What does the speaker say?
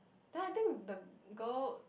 then I think the girl